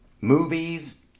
movies